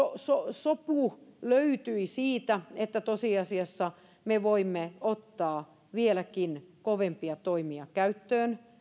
sopu löytyi siitä että tosiasiassa me voimme ottaa vieläkin kovempia toimia käyttöön